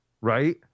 right